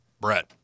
Brett